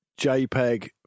JPEG